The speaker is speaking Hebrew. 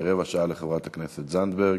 כרבע שעה לחברת הכנסת זנדברג,